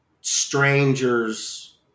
strangers